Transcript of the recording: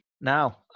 Now